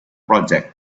project